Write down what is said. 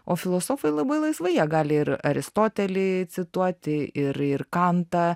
o filosofai labai laisvai jie gali ir aristotelį cituoti ir ir kantą